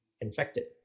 infected